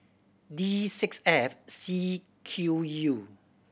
D six F C Q U